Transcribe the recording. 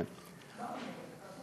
לא אני אומרת.